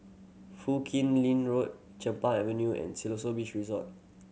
Foo Kim Lin Road Chempaka Avenue and Siloso Beach Resort